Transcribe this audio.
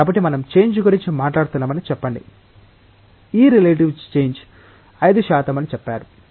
కాబట్టి మనం చేంజ్ గురించి మాట్లాడుతున్నామని చెప్పండి ఈ రిలేటివ్ చేంజ్ 5 శాతం చెప్పారు